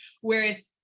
whereas